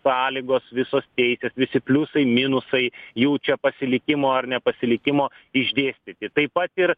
sąlygos visos teisės visi pliusai minusai jų čia pasilikimo ar nepasilikimo išdėstyti taip pat ir